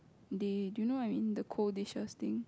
day do you know what I mean the cold dishes thing